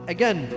Again